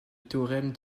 théorème